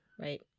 right